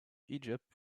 egypt